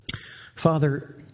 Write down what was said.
Father